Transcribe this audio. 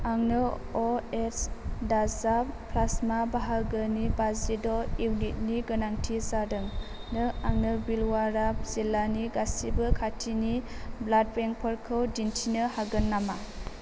आंनो अएस दाजाब प्लास्मा बाहागोनि बाजिद' इउनिटनि गोनांथि जादों नों आंनो भिलवारा जिल्लानि गासिबो खाथिनि ब्लाड बेंकफोरखौ दिन्थिनो हागोन नामा